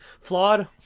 flawed